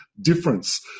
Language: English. difference